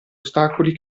ostacoli